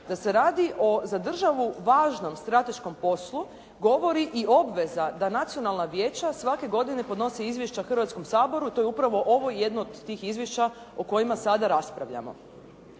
Da se radi o za državu važnu strateškom poslu govori i obveza da nacionalna vijeća svake godine podnose izvješća Hrvatskom saboru i to je upravo ovo jedno od tih izvješća o kojima sada raspravljamo.